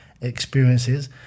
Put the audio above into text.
experiences